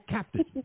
Captain